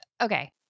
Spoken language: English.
Okay